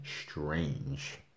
strange